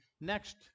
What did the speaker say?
next